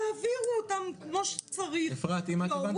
תעבירו אותם כמו שצריך לא,